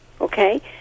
Okay